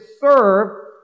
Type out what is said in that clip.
serve